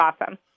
awesome